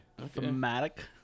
Thematic